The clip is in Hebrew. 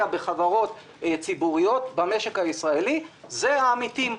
בחברות ציבוריות במשק הישראלי זה העמיתים,